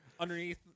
Underneath